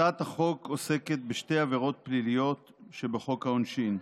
הצעת החוק עוסקת בשתי עבירות פליליות שבחוק העונשין,